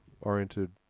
oriented